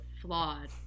flawed